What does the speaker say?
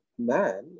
man